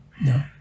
No